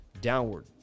downward